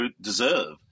deserve